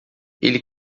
ele